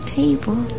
table